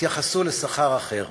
התייחסו לשכר אחר.